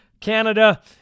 Canada